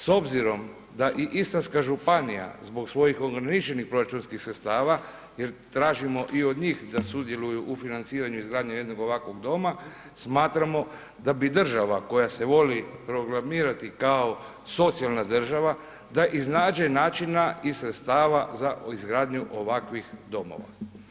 S obzirom da i Istarska županija zbog svojih ograničenih proračunskih sredstava jer tražimo i od njih da sudjeluju u financiranju izgradnje jednog ovakvog doma, smatramo da bi država koje se voli proklamirati kao socijalna država da iznađe načina i sredstava za izgradnju ovakvih domova.